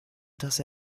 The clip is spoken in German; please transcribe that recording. dass